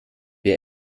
wer